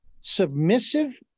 submissive